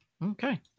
Okay